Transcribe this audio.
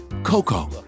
Coco